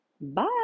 Bye